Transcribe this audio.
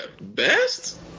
Best